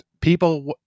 People